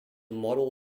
model